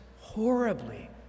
horribly